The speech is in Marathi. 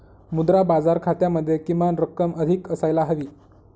मुद्रा बाजार खात्यामध्ये किमान रक्कम अधिक असायला हवी